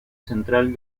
central